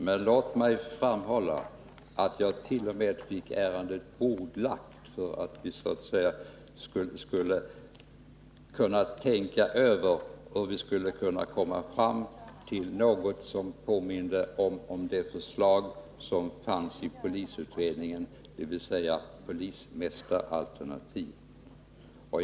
Men låt mig framhålla att jag 2 t.o.m. fick ärendet bordlagt därför att vi ville tänka över hur vi skulle kunna komma fram till något som påminde om det förslag som fanns i polisutredningen, dvs. polismästaralternativet.